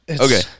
okay